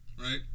right